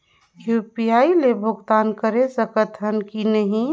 UPI ले भुगतान करे सकथन कि नहीं?